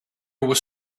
was